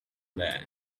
there